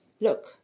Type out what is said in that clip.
Look